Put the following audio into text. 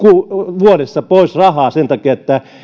vuodessa pois rahaa sen takia että